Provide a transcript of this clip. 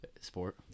sport